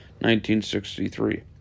1963